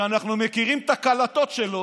שאנחנו מכירים את ההקלטות שלו.